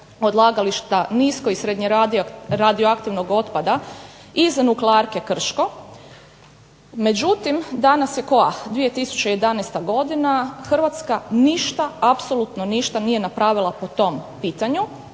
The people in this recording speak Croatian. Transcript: odlagališta nisko i srednje radioaktivnog otpada iz Nuklearke Krško, međutim danas je koja, 2011. godina, Hrvatska ništa, apsolutno ništa nije napravila po tom pitanju,